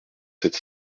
sept